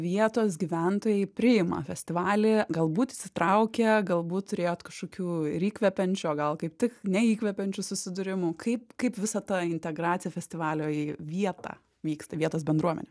vietos gyventojai priima festivalį galbūt įsitraukia galbūt turėjot kažkokių ir įkvepiančių o gal kaip tik neįkvepiančių susidūrimų kaip kaip visa ta integracija festivalio į vietą vyksta į vietos bendruomenę